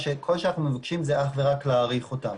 שכל שאנחנו מבקשים הוא אך ורק להאריך אותן.